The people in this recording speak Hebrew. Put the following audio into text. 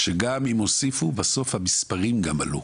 שגם אם הוסיפו, בסוף המספרים גם עלו.